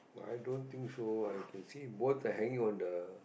i don't think so I can see both are hanging on the